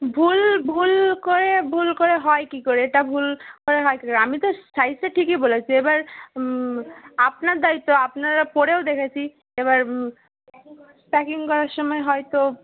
ভুল ভুল করে ভুল করে হয় কী করে এটা ভুল করে হয় কী করে আমি তো সাইজটা ঠিকই বলেছি এবার আপনার দায়িত্ব আপনারা পরেও দেখেছি এবার প্যাকিং করার সমায় হয়তো